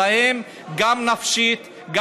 חבר הכנסת איימן עודה, בבקשה.